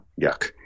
Yuck